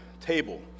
table